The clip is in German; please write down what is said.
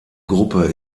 gruppe